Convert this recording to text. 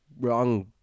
wrong